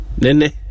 Nene